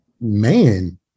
man